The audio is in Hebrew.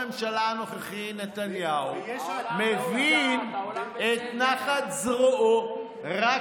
וכבר ראש הממשלה הנוכחי נתניהו מבין את נחת זרועו.